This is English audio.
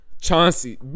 Chauncey